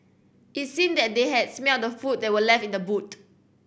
it seemed that they had smelt the food that were left in the boot